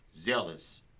zealous